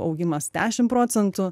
augimas dešim procentų